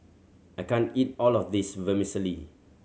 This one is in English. I can't eat all of this Vermicelli